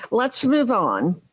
let's move on.